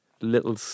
little